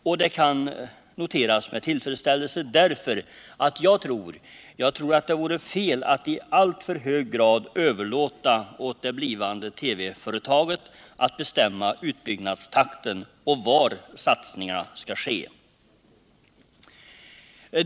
Också det kan noteras med tillfredsställelse; jag tror att det vore fel att i alltför hög grad överlåta åt det blivande TV-företaget att bestämma om utbyggnadstakten och var satsningarna skall ske.